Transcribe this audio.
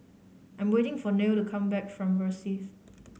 I am waiting for Neil to come back from Rosyth